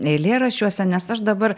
eilėraščiuose nes aš dabar